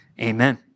Amen